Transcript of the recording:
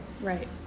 Right